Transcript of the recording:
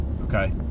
okay